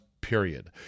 Period